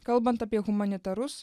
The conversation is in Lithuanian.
kalbant apie humanitarus